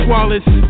Wallace